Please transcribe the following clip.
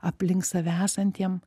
aplink save esantiem